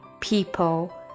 people